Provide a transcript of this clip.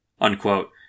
Unquote